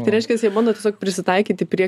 tai reiškias bando tiesiog prisitaikyti prie